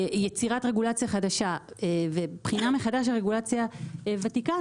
יצירת רגולציה חדשה ובחינה מחדש של רגולציה ותיקה,